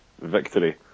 victory